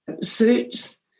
Suits